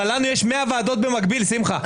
ולא ניתן לשוב ולמנותם לתקופת כהונה נוספת באותו תפקיד.